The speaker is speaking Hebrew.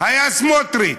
היה סמוטריץ,